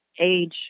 age